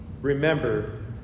Remember